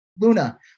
Luna